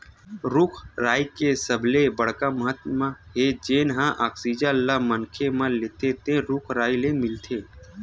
रूख राई के सबले बड़का महत्ता हे जेन हवा आक्सीजन ल मनखे मन लेथे तेन रूख राई ले मिलथे